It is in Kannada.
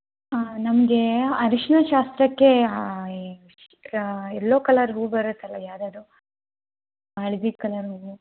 ನಮಗೆ ಅರಿಶಿಣ ಶಾಸ್ತ್ರಕ್ಕೆ ಯೆಲ್ಲೋ ಕಲರ್ ಹೂವು ಬರುತ್ತಲ್ವ ಯಾವ್ದು ಅದು ಹಳದಿ ಕಲರ್ ಹೂವು